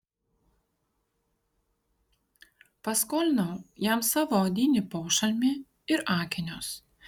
paskolinau jam savo odinį pošalmį ir akinius